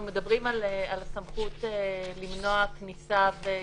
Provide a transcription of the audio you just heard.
אנחנו מדברים על סמכות למנוע כניסה ויציאה.